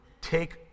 take